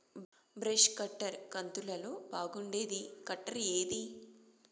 Brush cutter కంతులలో బాగుండేది cutter ఏది?